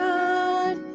God